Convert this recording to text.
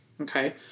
Okay